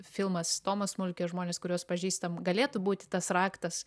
filmas tomas smulkė žmonės kuriuos pažįstam galėtų būti tas raktas